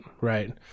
right